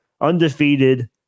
undefeated